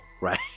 right